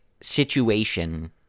situation